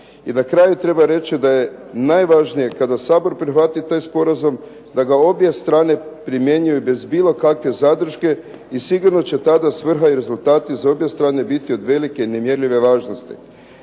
I na kraju treba reći da je najvažnije kada Sabor prihvati taj sporazum da ga obje strane primjenjuju bez bilo kakve zadrške i sigurno će tada svrha i rezultati s obje strane biti od velike nemjerljive važnosti.